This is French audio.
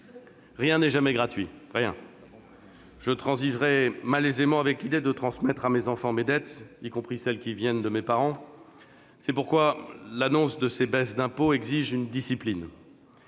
Rien n'est jamais gratuit. Je transigerais malaisément avec l'idée de transmettre à mes enfants mes dettes, y compris celles qui me viennent de mes parents. C'est pourquoi l'annonce de ces baisses d'impôts exige une discipline.